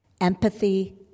empathy